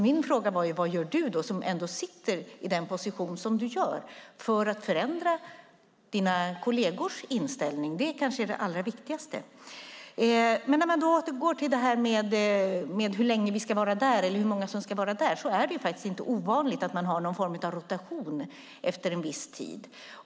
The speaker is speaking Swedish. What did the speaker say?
Min fråga var: Vad gör du i din position för att förändra dina kollegers inställning? Det är kanske det allra viktigaste. När det gäller frågan om hur länge vi ska vara där och hur många som ska vara där är det inte ovanligt att man har någon form av rotation efter en viss tid.